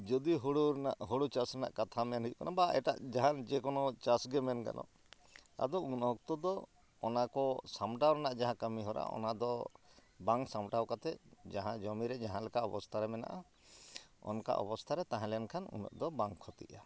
ᱡᱚᱫᱤ ᱦᱳᱲᱳ ᱨᱮᱱᱟᱜ ᱦᱳᱲᱳ ᱪᱟᱥ ᱨᱮᱱᱟᱜ ᱠᱟᱛᱷᱟ ᱢᱮᱱ ᱦᱩᱭᱩᱜ ᱠᱟᱱᱟ ᱵᱟ ᱮᱴᱟᱜ ᱡᱟᱦᱟᱱ ᱡᱮᱠᱳᱱᱳ ᱪᱟᱥᱜᱮ ᱢᱮᱱ ᱜᱟᱱᱚᱜᱼᱟ ᱟᱫᱚ ᱩᱱᱚᱠᱛᱚ ᱫᱚ ᱚᱱᱟᱠᱚ ᱥᱟᱢᱴᱟᱣ ᱨᱮᱱᱟᱜ ᱡᱟᱦᱟᱸ ᱠᱟᱹᱢᱤᱦᱚᱨᱟ ᱚᱱᱟᱫᱚ ᱵᱟᱝ ᱥᱟᱢᱴᱟᱣ ᱠᱟᱛᱮ ᱡᱟᱦᱟᱸ ᱡᱚᱢᱤᱨᱮ ᱡᱟᱦᱟᱸ ᱞᱮᱠᱟ ᱚᱵᱚᱥᱛᱟ ᱨᱮ ᱢᱮᱱᱟᱜᱼᱟ ᱚᱱᱠᱟ ᱚᱵᱚᱥᱛᱟᱨᱮ ᱛᱟᱦᱮᱸᱞᱮᱱ ᱠᱷᱟᱱ ᱩᱱᱟᱹᱜᱫᱚ ᱵᱟᱝ ᱠᱷᱚᱛᱤᱜᱼᱟ